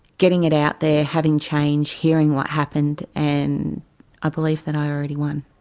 getting it out there, having change, hearing what happened, and i believe that i already won.